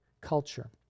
culture